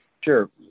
sure